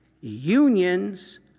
unions